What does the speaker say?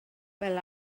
fel